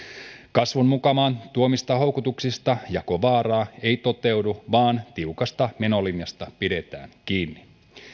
kasvun mukanaan tuomista houkutuksista jakovaaraa ei toteudu vaan tiukasta menolinjasta pidetään kiinni